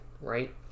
right